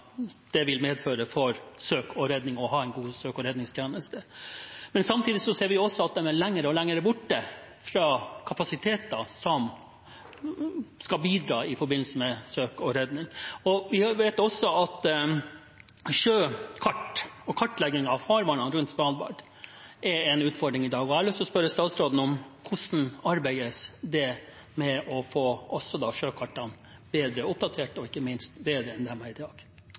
borte fra kapasiteter som skal bidra i forbindelse med søk og redning. Vi vet også at sjøkart og kartlegging av farvannet rundt Svalbard er en utfordring i dag. Jeg har lyst å spørre statsråden om hvordan det arbeides med å få sjøkartene mer oppdatert, ikke minst mer enn de er i dag.